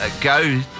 go